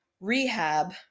rehab